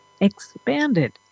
expanded